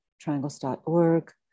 triangles.org